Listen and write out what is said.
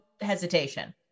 hesitation